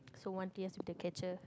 so one tears with the catcher